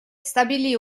stabilì